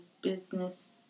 business